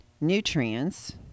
nutrients